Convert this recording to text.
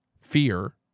fear